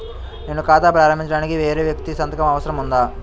నేను ఖాతా ప్రారంభించటానికి వేరే వ్యక్తి సంతకం అవసరం ఉందా?